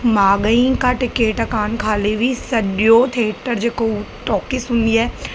माॻहीं का टिकट कान ख़ाली हुई सॼो थिएटर जेको हो टॉकिस हूंदी आहे